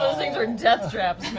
things are death traps,